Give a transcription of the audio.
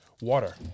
water